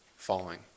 falling